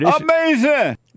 Amazing